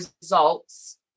results